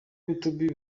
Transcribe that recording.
youtube